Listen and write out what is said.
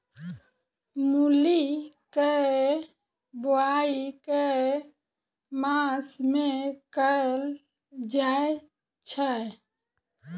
मूली केँ बोआई केँ मास मे कैल जाएँ छैय?